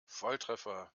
volltreffer